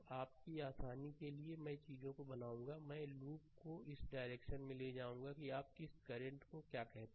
आपकी आसानी के लिए मैं चीजों को बनाऊंगा मैं लूप को इस डायरेक्शन में ले जाऊंगा की आप किस करंट को क्या कहते हैं